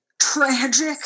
tragic